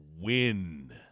win